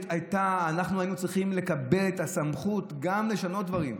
שאנחנו היינו צריכים לקבל את הסמכות גם לשנות דברים.